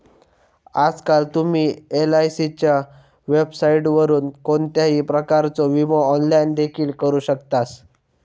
आजकाल तुम्ही एलआयसीच्या वेबसाइटवरून कोणत्याही प्रकारचो विमो ऑनलाइन देखील करू शकतास